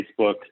Facebook